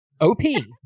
O-P